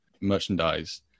merchandise